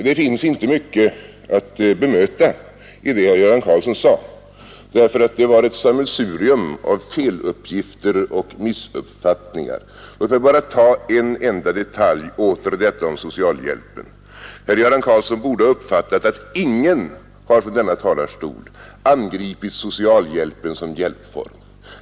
Det finns inte mycket att bemöta i det herr Göran Karlsson sade, eftersom det var ett sammelsurium av feluppgifter och missuppfattningar. Låt mig bara ta upp en enda detaljfråga, den om socialhjälpen. Herr Göran Karlsson borde ha uppfattat att ingen från denna talarstol har angripit socialhjälpen som hjälpform.